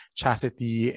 chastity